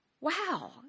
wow